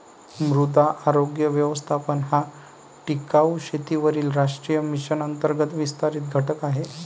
मृदा आरोग्य व्यवस्थापन हा टिकाऊ शेतीवरील राष्ट्रीय मिशन अंतर्गत विस्तारित घटक आहे